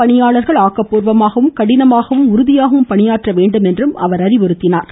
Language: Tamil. பணியாளர்கள் ஆக்கப்பூர்வமாகவும் கடினமாகவும் உறுதியாகவும் பணியாற்ற வேண்டுமென்றும் அறிவுறுத்தினார்